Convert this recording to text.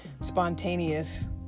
spontaneous